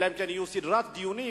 אלא תהיה סדרת דיונים,